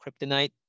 kryptonite